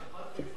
אחוות חיפנים.